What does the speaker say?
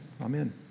Amen